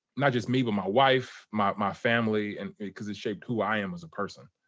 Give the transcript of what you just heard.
not just me but my wife, my my family, and cause it shaped who i am as a person.